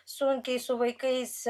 sunkiai su vaikais